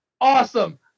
awesome